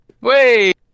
Wait